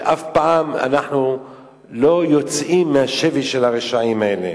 שאף פעם אנחנו לא יוצאים מהשבי של הרשעים האלה.